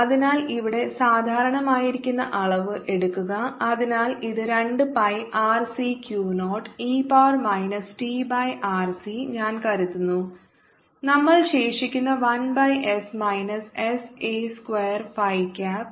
അതിനാൽ ഇവിടെ സാധാരണമായിരിക്കുന്ന അളവ് എടുക്കുക അതിനാൽ ഇത് 2 pi R C Q naught e power minus t by RC ഞാൻ കരുതുന്നു നമ്മൾക്ക് ശേഷിക്കുന്നു 1 by s minus s a square phi cap